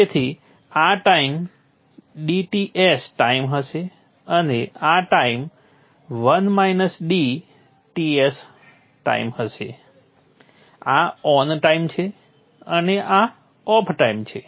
તેથી આ time dTs time હશે અને આ ટાઈમ 1 - dTs ટાઈમ હશે આ ઓન ટાઇમ છે અને આ ઓફ ટાઇમ છે